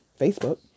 Facebook